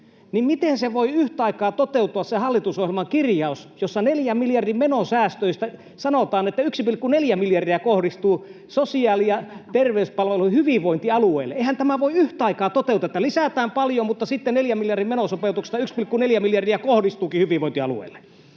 miten voi yhtä aikaa toteutua se hallitusohjelman kirjaus, jossa 4 miljardin menosäästöistä sanotaan, että 1,4 miljardia kohdistuu sosiaali- ja terveyspalveluihin hyvinvointialueille. Eihän tämä voi yhtä aikaa toteutua, että lisätään paljon, mutta sitten 4 miljardin menosopeutuksesta 1,4 miljardia kohdistuukin hyvinvointialueille.